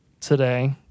Today